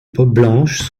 blanches